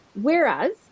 Whereas